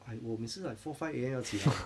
I 我每次 like four five A_M 要起来 eh